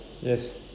Yes